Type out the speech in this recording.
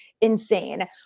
insane